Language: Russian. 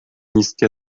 нести